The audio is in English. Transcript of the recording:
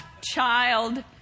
Child